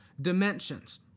dimensions